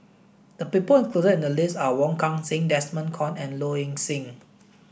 the people included in the list are Wong Kan Seng Desmond Kon and Low Ing Sing